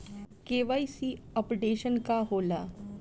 KYC updation का होला?